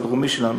המחוז הדרומי שלנו,